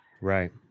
Right